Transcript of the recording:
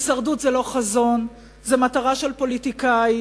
הישרדות זה לא חזון, זה מטרה של פוליטיקאי.